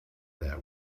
that